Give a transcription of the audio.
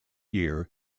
year